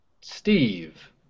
Steve